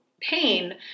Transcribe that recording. pain